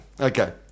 Okay